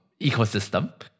ecosystem